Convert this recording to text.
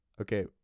Okay